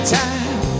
time